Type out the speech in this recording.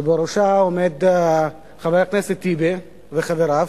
שבראשה עומדים חבר הכנסת טיבי וחבריו,